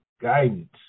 guidance